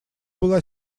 была